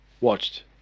watched